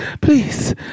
please